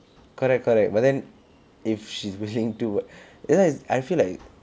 correct correct but then if she's willing to you like I feel like